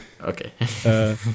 okay